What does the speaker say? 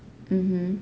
mmhmm